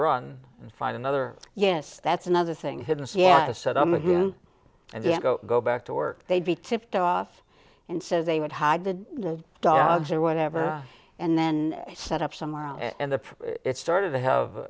run and find another yes that's another thing hidden c s i them again and then go go back to work they'd be tipped off and so they would hide the dogs or whatever and then set up somewhere and the it started to have